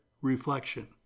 reflection